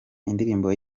indirimbo